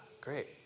great